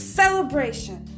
celebration